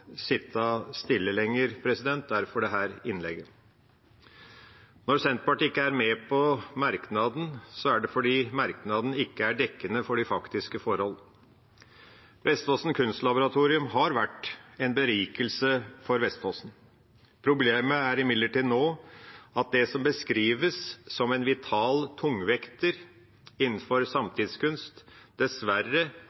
sitte stille lenger, derfor dette innlegget. Når Senterpartiet ikke er med på merknaden, er det fordi merknaden ikke er dekkende for de faktiske forhold. Vestfossen Kunstlaboratorium har vært en berikelse for Vestfossen. Problemet nå er imidlertid at det som beskrives som en vital tungvekter innenfor